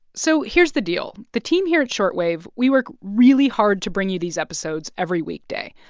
so here's the deal. the team here at short wave we work really hard to bring you these episodes every weekday.